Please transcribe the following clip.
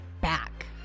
back